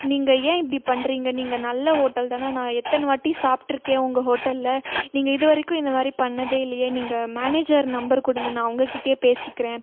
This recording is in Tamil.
நீங்கள் ஏன் இப்படி பண்ணுறீங்க நீங்கள் நல்ல ஹோட்டல் தானே நான் எத்தனை வாட்டி சாப்பிட்ருக்கேன் உங்கள் ஹோட்டலில் நீங்கள் இது வரைக்கும் இந்த மாதிரி பண்ணதே இல்லையே நீங்கள் மேனேஜர் நம்பர் கொடுங்க நான் அவங்கக்கிட்டயே பேசிக்கிறேன்